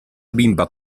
bimba